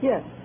Yes